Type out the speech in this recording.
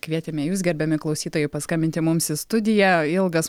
kvietėme jus gerbiami klausytojai paskambinti mums į studiją ilgas